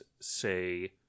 say